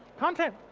content.